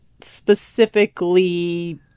specifically